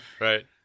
Right